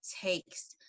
takes